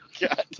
God